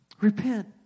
Repent